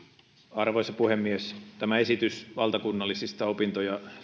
arvoisa puhemies tämä esitys valtakunnallisista opinto ja